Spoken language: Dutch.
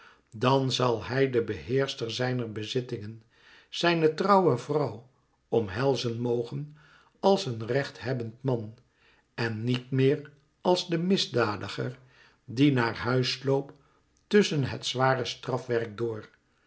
dàn zal hij de beheerster zijner bezittingen zijn trouwe vrouwe omhelzen mogen als een recht hebbend man en niet meer als de misdadiger die naar huis sloop tusschen het zware strafwerk door